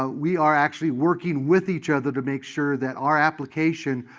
ah we are actually working with each other to make sure that our application,